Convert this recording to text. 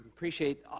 Appreciate